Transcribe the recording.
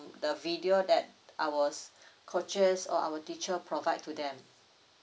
the video that ours coaches or our teacher provide to them